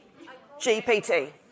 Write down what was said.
GPT